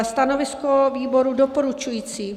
Stanovisko výboru: doporučující.